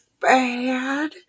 bad